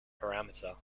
parameter